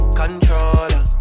controller